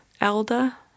Elda